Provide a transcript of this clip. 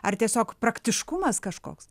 ar tiesiog praktiškumas kažkoks